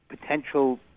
potential